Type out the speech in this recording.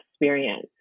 experience